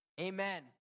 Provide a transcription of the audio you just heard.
Amen